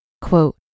Quote